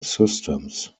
systems